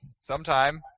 Sometime